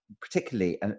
particularly